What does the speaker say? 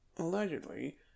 allegedly